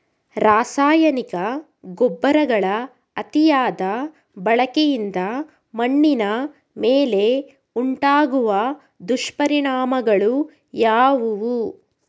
ರಾಸಾಯನಿಕ ಗೊಬ್ಬರಗಳ ಅತಿಯಾದ ಬಳಕೆಯಿಂದ ಮಣ್ಣಿನ ಮೇಲೆ ಉಂಟಾಗುವ ದುಷ್ಪರಿಣಾಮಗಳು ಯಾವುವು?